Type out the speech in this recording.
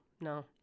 no